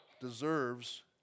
deserves